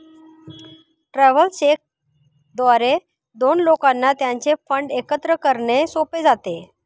travellers cheque द्वारे दोन लोकांना त्यांचे फंड एकत्र करणे सोपे जाते